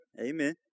Amen